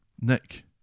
Nick